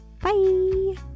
Bye